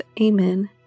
Amen